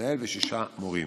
ממנהל ושישה מורים.